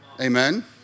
Amen